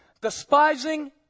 despising